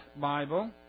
Bible